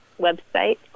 website